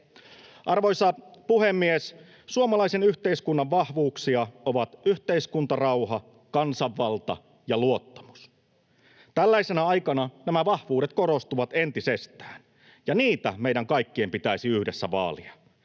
Arvoisa puhemies! Suomalaisen yhteiskunnan vahvuuksia ovat yhteiskuntarauha, kansanvalta ja luottamus. Tällaisena aikana nämä vahvuudet korostuvat entisestään, ja niitä meidän kaikkien pitäisi yhdessä vaalia.